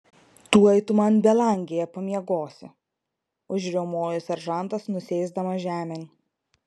tuoj tu man belangėje pamiegosi užriaumojo seržantas nusėsdamas žemėn